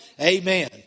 Amen